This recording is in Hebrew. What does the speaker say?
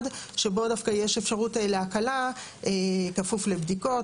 שבו דווקא יש אפשרות להקלה כפוף לבדיקות.